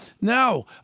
Now